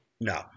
No